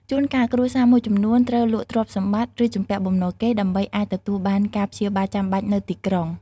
ជួនកាល គ្រួសារមួយចំនួនត្រូវលក់ទ្រព្យសម្បត្តិ ឬជំពាក់បំណុលគេ ដើម្បីអាចទទួលបានការព្យាបាលចាំបាច់នៅទីក្រុង។